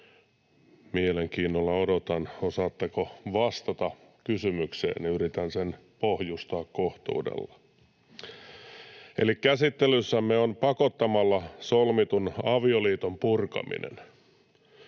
Mielenkiinnolla odotan, osaatteko vastata kysymykseeni — yritän sen pohjustaa kohtuudella. Eli käsittelyssämme on pakottamalla solmitun avioliiton purkaminen.